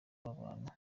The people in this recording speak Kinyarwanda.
wabantu